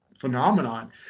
phenomenon